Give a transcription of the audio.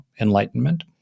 enlightenment